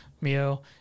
Mio